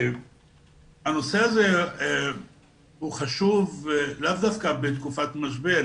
הנושא הזה הוא חשוב, לאו דווקא בתקופת משבר.